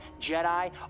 Jedi